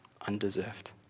undeserved